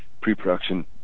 pre-production